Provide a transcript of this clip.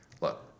Look